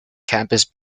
campus